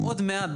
עוד מעט,